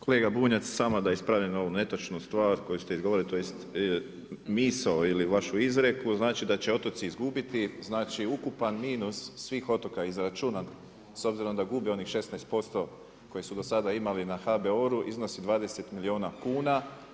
Kolega Bunjac, samo da ispravim ovu netočnu stvar koju ste izgovorili tj. misao ili vašu izreku, znači da će otoci izgubiti, znači ukupan minus svih otoka izračunat s obzirom da gube onih 16% koji su do sada imali na HBOR-u iznosi 20 milijuna kuna.